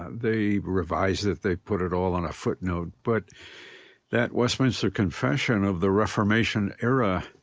they revised it, they put it all on a footnote. but that westminster confession of the reformation era